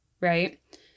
right